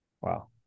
Wow